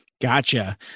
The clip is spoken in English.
Gotcha